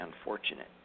unfortunate